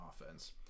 offense